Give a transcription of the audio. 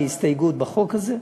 בהסתייגות בחוק הזה,